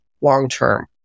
long-term